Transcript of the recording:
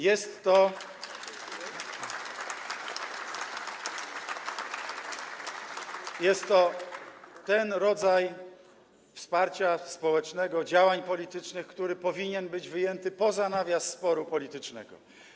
Jest to ten rodzaj wsparcia społecznego, działań politycznych, które powinny być wyjęte poza nawias sporu politycznego.